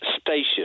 station